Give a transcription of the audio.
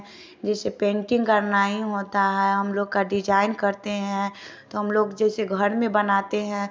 जैसे पेंटिंग करना ही होता है हम लोग का डिजाईन करते हैं तो हम लोग जैसे घर में बनाते हैं